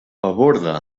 paborde